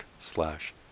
slash